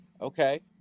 okay